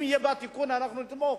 אם יהיה בה תיקון, אנחנו נתמוך.